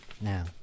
now